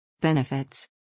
Benefits